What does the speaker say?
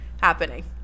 happening